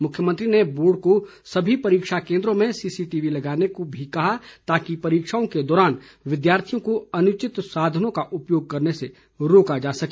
मुख्यमंत्री ने बोर्ड को सभी परीक्षा केन्द्रों में सीसीटीवी लगाने को भी कहा ताकि परीक्षाओं के दौरान विद्यार्थियों को अनुचित साधनों का उपयोग करने से रोका जा सके